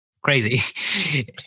crazy